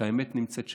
כי האמת נמצאת שם.